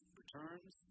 returns